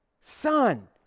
son